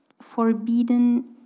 forbidden